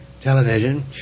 television